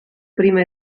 prima